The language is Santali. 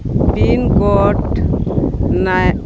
pin code nine